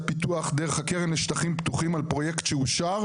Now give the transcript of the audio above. פיתוח דרך הקרן לשטחים פתוחים על פרויקט שאושר,